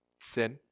sin